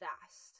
fast